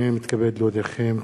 הנני מתכבד להודיעכם,